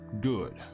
Good